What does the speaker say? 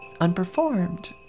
unperformed